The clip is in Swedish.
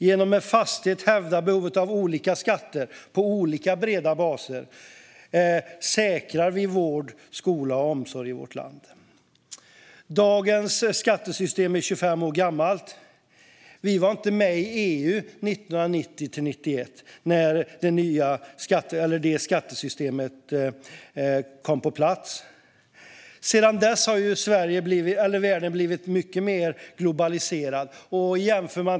Genom att med fasthet hävda behovet av olika skatter på breda skattebaser säkrar vi vård, skola och omsorg i vårt land. Dagens skattesystem är 25 år gammalt. Vi var inte med i EU 1990-1991 när skattesystemet kom på plats. Sedan dess har världen blivit mycket mer globaliserad.